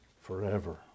forever